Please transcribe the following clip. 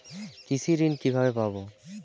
কৃষি ঋন কিভাবে পাব?